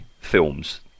films